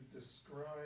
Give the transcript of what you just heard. describe